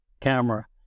camera